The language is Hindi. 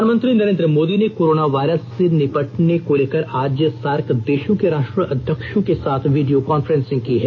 प्रधानमंत्री नरेन्द्र मोदी ने कोरोना वायरस से निपटने को लेकर आज सार्क देषों के राष्ट्रा अध्यक्षों के साथ वीडियों कांफ्रेंसिंग की है